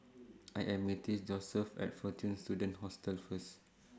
I Am meeting Joeseph At Fortune Students Hostel First